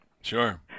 Sure